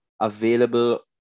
available